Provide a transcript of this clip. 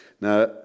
Now